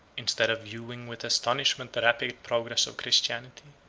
instead of viewing with astonishment the rapid progress of christianity,